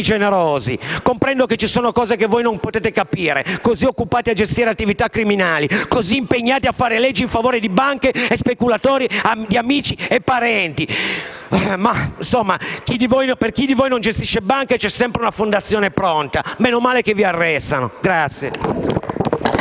generosi. Comprendo che ci sono cose che voi non potete capire, così occupati a gestire attività criminali, così impegnati a fare leggi in favore di banche e speculatori amici e parenti. Per chi di voi non gestisce banche c'è sempre una fondazione pronta. Meno male che vi arrestano.